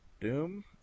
Doom